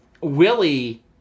willie